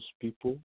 people